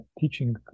teaching